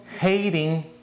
Hating